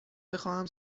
بخواهم